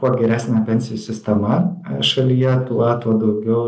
kuo geresnė pensijų sistema šalyje tuo tuo daugiau